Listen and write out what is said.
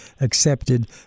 accepted